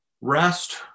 rest